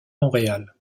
montréal